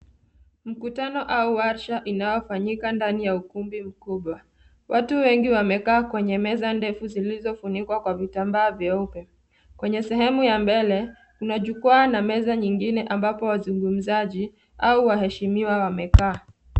Mkutano au warsha inaofanyika ndani ya ukumbi mkubwa, watu wengi wamekaa kwenye meza ndefu zilizofunikwa kwa vitambaa vyeupe, kwenye sehemu ya mbele kuna jukwaa na meza nyingine ambapo wasungumzaji au waheshimiwa wamekaa.